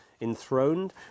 enthroned